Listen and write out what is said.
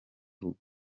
rugo